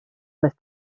nicht